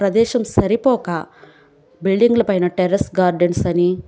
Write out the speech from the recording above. ప్రదేశం సరిపోక బిల్డింగుల పైన టెర్రస్ గార్డెన్స్ అని